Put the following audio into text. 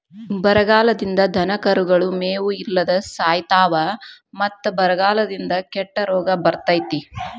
ಬರಗಾಲದಿಂದ ದನಕರುಗಳು ಮೇವು ಇಲ್ಲದ ಸಾಯಿತಾವ ಮತ್ತ ಬರಗಾಲದಿಂದ ಕೆಟ್ಟ ರೋಗ ಬರ್ತೈತಿ